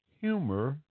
humor